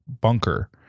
bunker